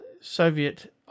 Soviet